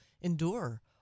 endure